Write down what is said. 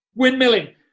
windmilling